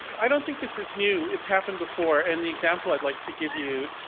i don't think this is new. it's happened before and the example i'd like to give you